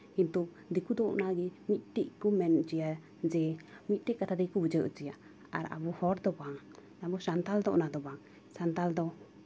ᱠᱤᱱᱛᱩ ᱫᱤᱠᱩ ᱫᱚ ᱚᱱᱟ ᱜᱮ ᱢᱤᱫᱴᱮᱡ ᱜᱮᱠᱚ ᱢᱮᱱ ᱦᱚᱪᱚᱭᱟ ᱡᱮ ᱢᱤᱫᱴᱮᱡ ᱠᱟᱛᱷᱟ ᱛᱮᱠᱚ ᱵᱩᱡᱷᱟᱹᱣ ᱦᱚᱪᱚᱭᱟ ᱟᱨ ᱟᱵᱚ ᱦᱚᱲ ᱫᱚ ᱵᱟᱝ ᱟᱵᱚ ᱥᱟᱱᱛᱟᱲ ᱫᱚ ᱚᱱᱠᱟ ᱫᱚ ᱵᱟᱝ ᱥᱟᱱᱛᱟᱲ ᱫᱚ